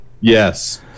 yes